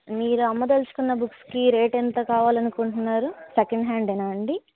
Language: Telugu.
మీరు అమ్మదలుచుకున్న బుక్స్కి రేట్ ఎంత కావాలనుకుంటున్నారు సెకండ్ హ్యాండేనా అండి